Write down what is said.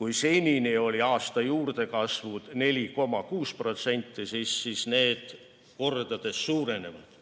Kui senini olid aasta juurdekasvud 4,6%, siis need kordades suurenevad.